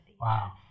Wow